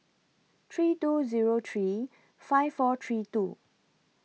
three two Zero three five four three two